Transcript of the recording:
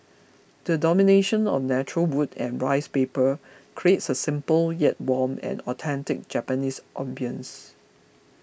the domination of natural wood and rice paper creates a simple yet warm and authentic Japanese ambience